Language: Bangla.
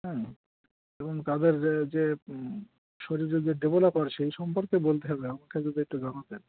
হুম এবং তাদের যে শরীর যাতে ডেভেলপ হয় সেই সম্পর্কে বলতে হবে আমাকে যদি একটু জানাতেন